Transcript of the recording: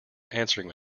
answering